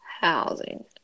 housing